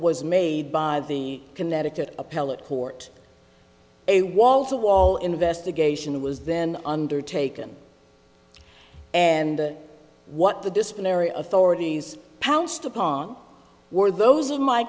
was made by the connecticut appellate court a wall to wall investigation was then undertaken and what the disciplinary authorities pounced upon were those of my